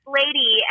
lady